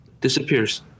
disappears